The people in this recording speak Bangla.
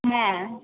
হ্যাঁ